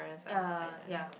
ya ya